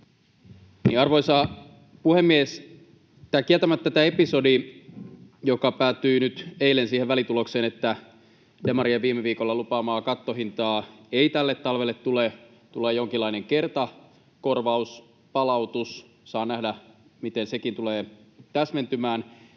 erikoisia piirteitä tässä episodissa, joka päättyi nyt eilen siihen välitulokseen, että demarien viime viikolla lupaamaa kattohintaa ei tälle talvelle tule vaan tulee jonkinlainen kertakorvaus tai palautus — saa nähdä, miten sekin tulee täsmentymään.